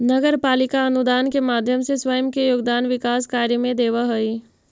नगर पालिका अनुदान के माध्यम से स्वयं के योगदान विकास कार्य में देवऽ हई